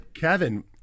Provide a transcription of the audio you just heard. kevin